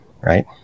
right